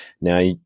Now